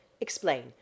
explain